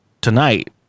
tonight